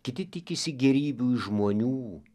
kiti tikisi gėrybių iš žmonių